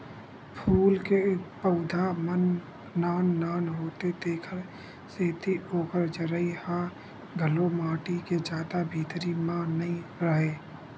फूल के पउधा मन नान नान होथे तेखर सेती ओखर जरई ह घलो माटी के जादा भीतरी म नइ राहय